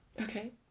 Okay